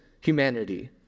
humanity